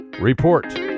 Report